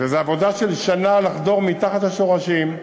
זאת עבודה של שנה לחדור מתחת לשורשים,